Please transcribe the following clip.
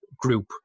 group